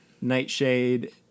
Nightshade